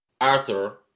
Arthur